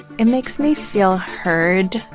it makes me feel heard.